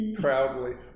proudly